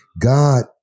God